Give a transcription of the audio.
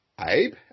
Abe